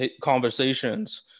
conversations